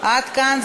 עד כאן.